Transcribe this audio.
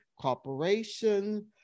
corporation